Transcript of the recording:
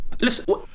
Listen